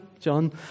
John